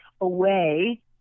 away